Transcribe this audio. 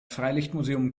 freilichtmuseum